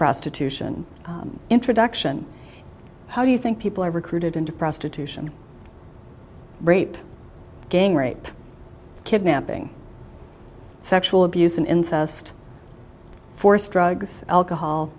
prostitution introduction how do you think people are recruited into prostitution rape gang rape kidnapping sexual abuse and incest force drugs alcohol